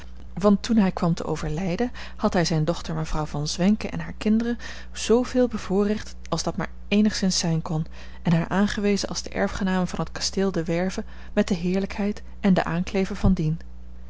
want toen hij kwam te overlijden had hij zijne dochter mevrouw von zwenken en hare kinderen zooveel bevoorrecht als dat maar eenigszins zijn kon en haar aangewezen als de erfgename van het kasteel de werve met de heerlijkheid en de aankleve van dien